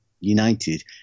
United